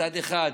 מצד אחד,